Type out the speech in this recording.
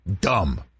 dumb